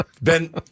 Ben